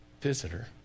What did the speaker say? visitor